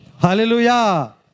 Hallelujah